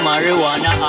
Marijuana